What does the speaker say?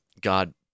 God